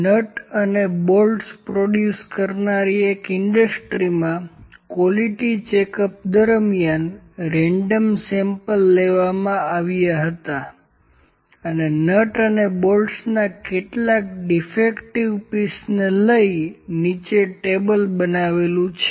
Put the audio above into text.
nut અને bolts produce કરનારી એક ઇન્ડસ્ટ્રીમાં ક્વોલિટી ચેકઅપ દરમિયાન રેન્ડમ સેમ્પલ લેવામાં આવ્યા હતા અને નટ અને બોલ્ટ્સના કેટલાક ડીફેક્ટિવ પીસને લઈ નીચે ટેબલ બનાવેલુ છે